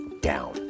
down